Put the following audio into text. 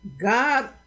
God